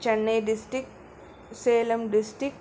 Chennai district Salem district